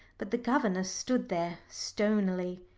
but the governess stood there stonily.